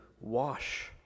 wash